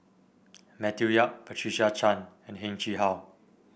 Matthew Yap Patricia Chan and Heng Chee How